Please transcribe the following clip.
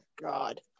god